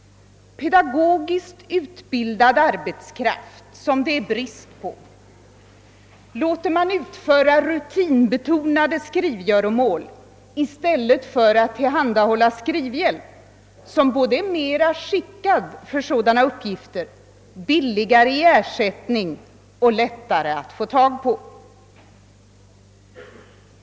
Pedagogiskt utbildad arbetskraft, som det är brist på, låter man utföra rutinbetonade skrivgöromål i stället för att tillhandahålla skrivhjälp, som är mera skickad för sådana uppgifter, billigare i ersättning och lättare att få tag på.